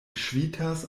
ŝvitas